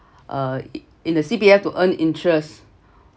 uh in the C_P_F to earn interest